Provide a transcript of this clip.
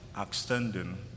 extending